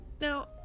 Now